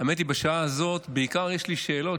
האמת היא שבשעה הזאת יש לי בעיקר שאלות,